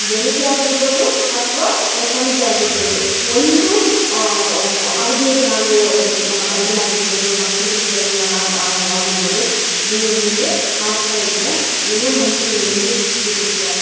ಬೆಳಗ್ಗೆ ಆಗಿರ್ಬೋದು ಅಥ್ವ ಸಂಜೆ ಆಗಿರ್ಬೋದು ಒಂದು ಅವಧಿಯಲ್ಲಿ ನಾವು ಒಂದು ಭಜನೆಯಾಗಿರ್ಬೋದು ಭಕ್ತಿಗೀತೆಗಳನ್ನ ಹಾಡ್ ಆಗಿ ಆಗಿರ್ಬೋದು ದೇವರು ಮುಂದೆ ಹಾಡ್ತ ಇದ್ರೆ ಏನೊ ಮನಸ್ಸಿಗೆ ನೆಮ್ಮದಿ ಶಿ ಸಿಗುತ್ತೆ